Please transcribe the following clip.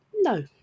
no